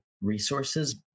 resources